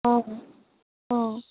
অ অ